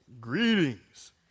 greetings